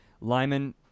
Lyman